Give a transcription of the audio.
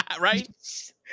Right